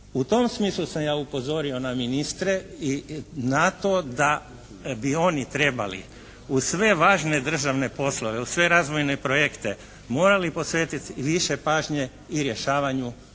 U tom smislu sam ja upozorio na ministre i na to da bi oni trebali uz sve važne državne poslove, uz sve razvojne projekte morali posvetiti više pažnje i rješavanju